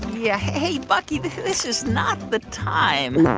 yeah. hey, bucky. this this is not the time oh,